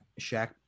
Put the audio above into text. Shaq